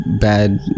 bad